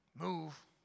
move